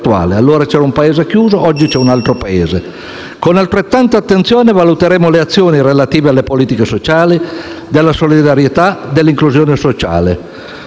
allora c'era un Paese chiuso, ora c'è un altro Paese. Con altrettanta attenzione valuteremo le azioni relative alle politiche sociali, alla solidarietà, all'inclusione sociale;